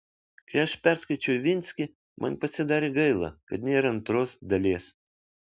kai aš perskaičiau ivinskį man pasidarė gaila kad nėra antros dalies